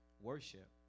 worship